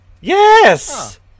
Yes